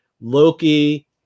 Loki